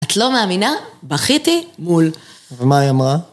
את לא מאמינה? בכיתי מול. ומה היא אמרה?